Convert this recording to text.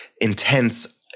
intense